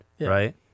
right